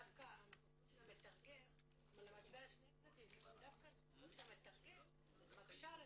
ודווקא הנוכחות של המתרגם מקשה על